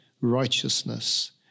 righteousness